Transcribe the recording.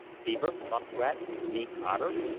beaver, muskrat, mink, otter.